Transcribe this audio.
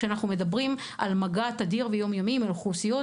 כשאנחנו מדברים על מגע תדיר ויום-יומי עם אוכלוסיות,